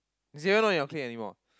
zero in your clique anymore